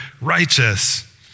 righteous